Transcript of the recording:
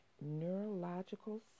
neurological